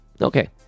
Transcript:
Okay